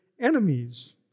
enemies